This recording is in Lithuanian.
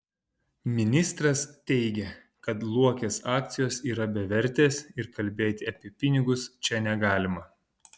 ministras teigė kad luokės akcijos yra bevertės ir kalbėti apie pinigus čia negalima